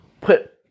put